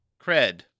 cred